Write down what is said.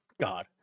God